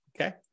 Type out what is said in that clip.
Okay